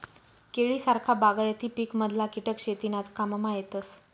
केळी सारखा बागायती पिकमधला किटक शेतीनाज काममा येतस